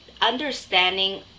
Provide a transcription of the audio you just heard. understanding